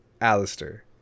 alistair